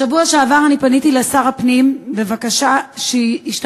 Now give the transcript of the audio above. בשבוע שעבר אני פניתי לשר הפנים בבקשה שישתמש